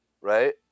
right